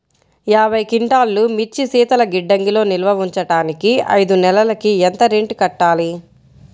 యాభై క్వింటాల్లు మిర్చి శీతల గిడ్డంగిలో నిల్వ ఉంచటానికి ఐదు నెలలకి ఎంత రెంట్ కట్టాలి?